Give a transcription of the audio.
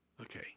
Okay